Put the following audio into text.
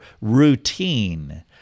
routine